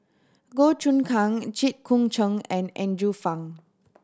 Goh Choon Kang Jit Koon Ch'ng and Andrew Phang